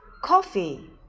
coffee